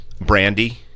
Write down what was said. Brandy